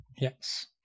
Yes